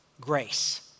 grace